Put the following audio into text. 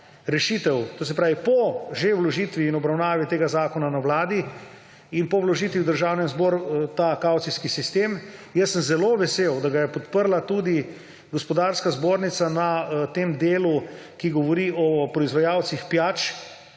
rešitev – to se pravi, po že vložitvi in obravnavi tega zakona na Vladi in po vložitvi v Državni zbor – ta kavcijski sistem. Zelo sem vesel, da ga je podprla tudi Gospodarska zbornica na tem delu, ki govori o proizvajalcih pijač,